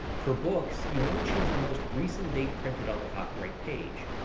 for books, you want to choose the most recent date printed on the copyright page.